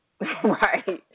right